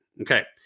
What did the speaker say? Okay